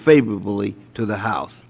favorably to the house